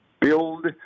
build